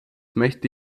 möchte